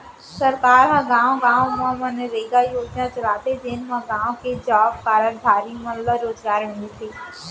सरकार ह गाँव गाँव म मनरेगा योजना चलाथे जेन म गाँव के जॉब कारड धारी मन ल रोजगार मिलथे